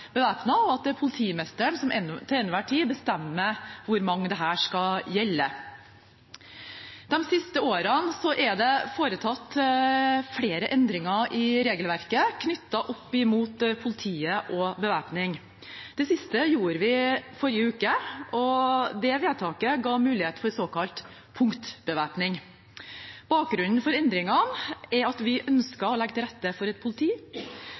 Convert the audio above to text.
skal være bevæpnet, og at politimesteren bestemmer til enhver tid hvor mange dette skal gjelde. De siste årene er det foretatt flere endringer i regelverket knyttet opp mot politiet og bevæpning. Det siste vedtaket gjorde vi i forrige uke, og det ga mulighet for såkalt punktbevæpning. Bakgrunnen for endringene er at vi ønsket å legge til rette for et politi